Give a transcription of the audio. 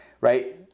right